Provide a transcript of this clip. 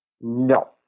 No